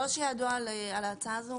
לא שידוע לי על ההצעה הזאת.